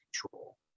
control